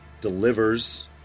delivers